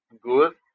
good